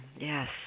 Yes